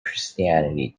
christianity